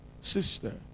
sister